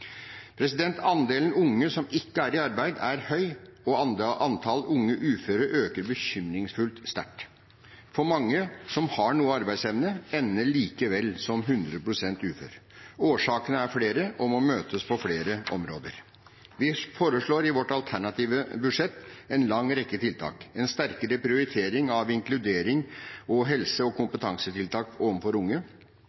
Andelen unge som ikke er i arbeid, er høy, og antall unge uføre øker bekymringsfullt sterkt. For mange, som har noe arbeidsevne, ender likevel som 100 pst. ufør. Årsakene er flere og må møtes på flere områder. Vi foreslår i vårt alternative budsjett en lang rekke tiltak: en sterkere prioritering av inkludering og helse- og